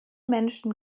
menschen